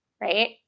right